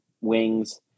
wings